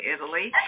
Italy